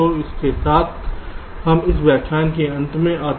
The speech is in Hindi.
तो इसके साथ हम इस व्याख्यान के अंत में आते हैं